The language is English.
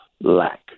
lack